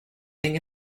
think